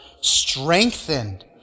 Strengthened